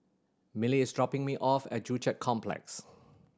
Milly is dropping me off at Joo Chiat Complex